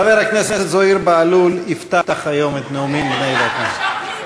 חבר הכנסת זוהיר בהלול יפתח היום את הנאומים בני דקה.